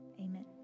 Amen